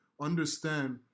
understand